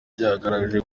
byagaragaje